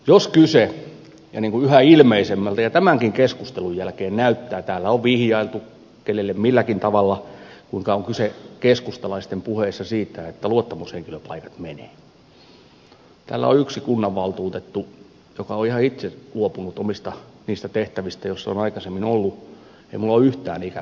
jos on kyse siitä niin kuin yhä ilmeisemmältä ja tämänkin keskustelun jälkeen näyttää täällä on vihjailtu kenelle milläkin tavalla kuinka on kyse keskustalaisten puheissa siitä että luottamushenkilöpaikat menevät niin täällä on yksi kunnanvaltuutettu joka on ihan itse luopunut niistä omista tehtävistä joissa on aikaisemmin ollut ja minulla ei ole yhtään ikävä niitä tehtäviä